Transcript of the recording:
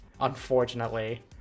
unfortunately